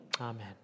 Amen